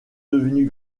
devenu